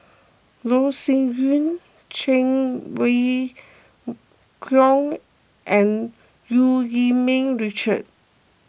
Loh Sin Yun Cheng Wai Keung and Eu Yee Ming Richard